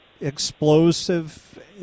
explosive